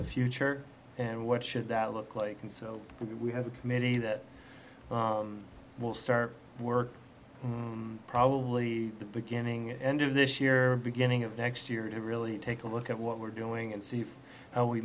the future and what should that look like and so we have a committee that will start work probably the beginning at end of this year beginning of next year to really take a look at what we're doing and see